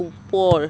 ওপৰ